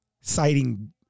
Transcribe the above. citing